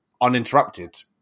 uninterrupted